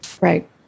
Right